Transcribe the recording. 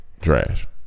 trash